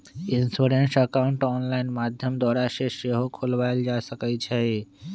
insurance account online माध्यम द्वारा सेहो खोलबायल जा सकइ छइ